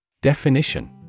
Definition